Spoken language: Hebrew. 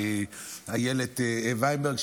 איילת וולברג,